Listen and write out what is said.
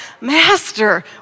master